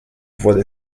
voies